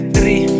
Three